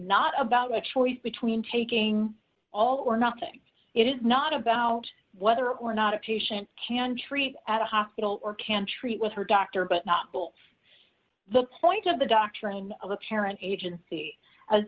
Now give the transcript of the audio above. not about a choice between taking all or nothing it is not about whether or not a patient can treat at a hospital or can treat with her doctor but not bill the point of the doctoring of the parent agency as